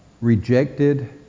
rejected